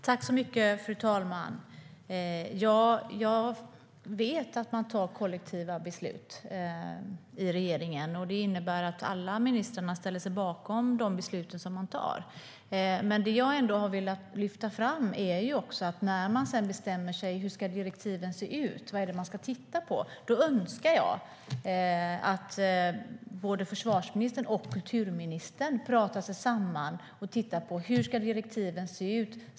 Fru talman! Jag vet att man fattar kollektiva beslut i regeringen. Det innebär att alla ministrarna ställer sig bakom de beslut som fattas. Det jag har velat lyfta fram är att när man bestämmer sig för hur direktiven ska se ut önskar jag att försvarsministern och kulturministern talar sig samman. Hur ska direktiven se ut?